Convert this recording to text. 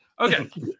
okay